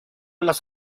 las